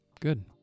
Good